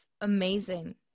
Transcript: amazing